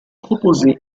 proposer